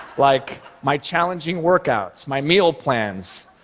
like my challenging workouts, my meal plans,